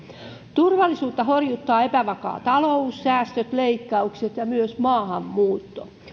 turvallisuutta horjuttaa epävakaa talous säästöt leikkaukset ja myös maahanmuutto